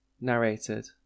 Narrated